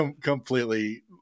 completely